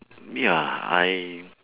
ya I